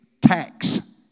tax